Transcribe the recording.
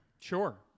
Sure